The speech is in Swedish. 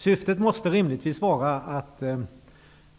Syftet måste rimligtvis vara